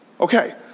Okay